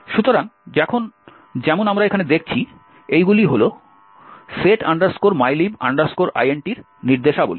সুতরাং যেমন আমরা এখানে দেখছি এইগুলি set mylib int এর নির্দেশাবলী